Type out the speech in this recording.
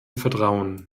vertrauen